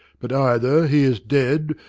but either he is dead,